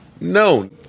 No